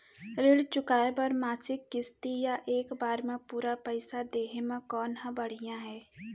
ऋण चुकोय बर मासिक किस्ती या एक बार म पूरा पइसा देहे म कोन ह बढ़िया हे?